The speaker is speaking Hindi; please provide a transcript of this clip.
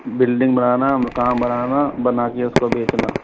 बिल्डिंग बनाना मकान बनाना बनाके उसको बेचना